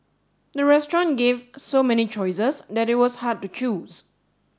the restaurant gave so many choices that it was hard to choose